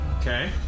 Okay